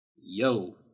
Yo